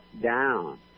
down